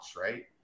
right